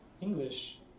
English